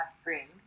spring